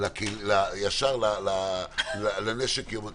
ישר לנשק יום הדין.